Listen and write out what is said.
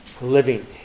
living